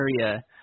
area